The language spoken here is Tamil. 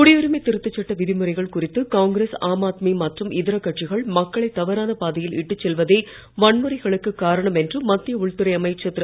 குடியுரிமைத் திருத்த சட்ட விதிமுறைகள் குறித்து காங்கிரஸ் ஆம் ஆத்மி மற்றும் இதர கட்சிகள் மக்களை தவறான பாதையில் இட்டுச் செல்வதே வன்முறைகளுக்கு காரணம் என்று மத்திய உள்துறை அமைச்சர் திரு